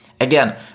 Again